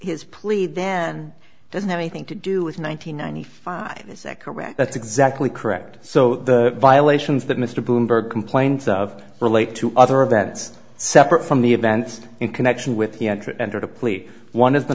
his plea then doesn't have anything to do with nine hundred ninety five is that correct that's exactly correct so the violations that mr bloomberg complains of relate to other events separate from the events in connection with he entered entered a plea one of the